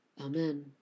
Amen